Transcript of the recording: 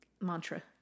mantra